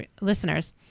listeners